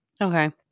Okay